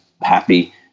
happy